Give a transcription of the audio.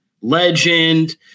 legend